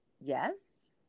yes